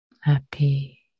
Happy